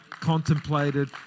contemplated